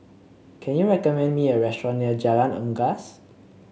can you recommend me a restaurant near Jalan Unggas